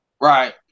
Right